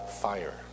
fire